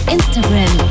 Instagram